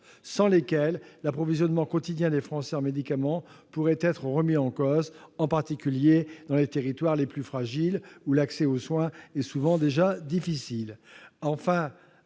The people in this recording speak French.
sans lesquelles l'approvisionnement quotidien des Français en médicaments pourrait être remis en cause, en particulier dans les territoires les plus fragiles où l'accès aux soins est souvent déjà difficile.